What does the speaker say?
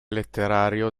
letterario